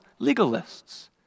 legalists